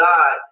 God